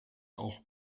auch